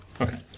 Okay